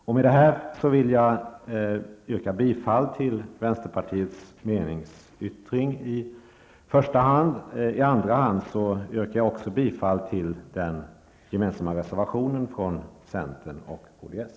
Jag yrkar i första hand bifall till vänsterpartiets meningsyttring, i andra hand yrkar jag bifall till den gemensamma reservationen från centern och kds.